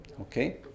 Okay